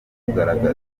kugaragaza